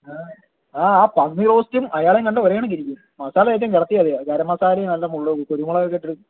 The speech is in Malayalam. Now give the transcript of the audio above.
അ ആ പന്നിറോസ്റ്റും അയാളേം കണ്ട ഒരേകണക്കിരിക്കും മസാല തേച്ചങ്ങ് കിടത്തിയാൽ മതി ഗരംമസാലയും നല്ല മുള്ള് കുരുമുളകും ഇട്ട്